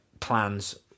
plans